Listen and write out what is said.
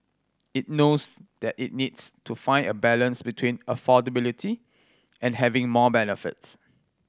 it knows that it needs to find a balance between affordability and having more benefits